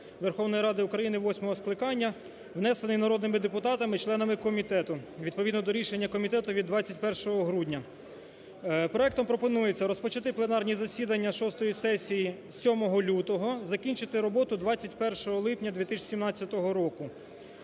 Верховної Ради України восьмого скликання, внесений народними депутатами, членами комітету, відповідно до рішення комітету від 21 грудня. Проектом пропонується розпочати пленарні засідання шостої сесії 7 лютого, закінчити роботу 21 липня 2017 року.